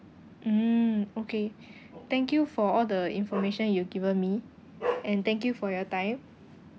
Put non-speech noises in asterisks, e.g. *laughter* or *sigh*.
mm okay *breath* thank you for all the information you've given me *noise* and thank you for your time